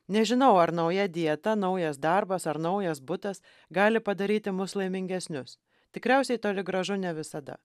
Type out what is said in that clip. nežinau ar nauja dieta naujas darbas ar naujas butas gali padaryti mus laimingesnius tikriausiai toli gražu ne visada